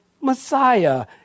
Messiah